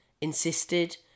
insisted